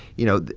you know,